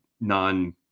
non